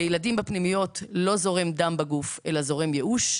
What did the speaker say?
לילדים בפנימיות לא זורם דם בגוף אלא זורם ייאוש.